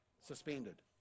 suspended